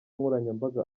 nkoranyambaga